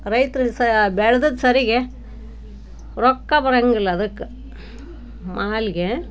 ರೈತರು ಸ ಬೆಳೆದದ್ದು ಸರಿಗೆ ರೊಕ್ಕ ಬರೋಂಗಿಲ್ಲ ಅದಕ್ಕೆ ಮಾಲಿಗೆ